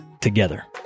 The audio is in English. together